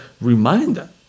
reminder